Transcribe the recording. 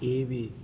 ఏవి